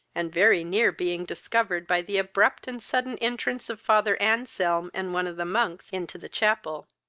and very near being discovered by the abrupt and sudden entrance of father anselm, and one of the monks, into the chapel.